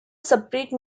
separate